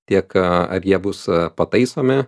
tiek ar jie bus pataisomi